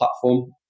platform